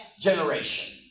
generation